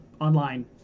online